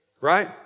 right